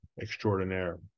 extraordinaire